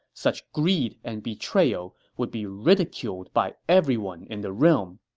such greed and betrayal would be ridiculed by everyone in the realm.